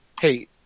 Hey